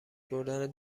بردن